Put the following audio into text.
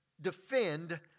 defend